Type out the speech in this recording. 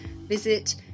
visit